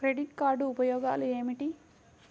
Credit card ఉపయోగాలు ఏమిటి?